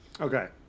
Okay